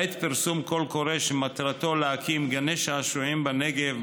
בעת פרסום קול קורא שמטרתו להקים גני שעשועים בנגב,